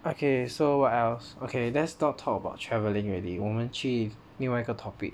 okay so what else okay let's not talk about travelling already 我们去另外一个 topic